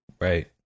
Right